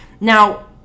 Now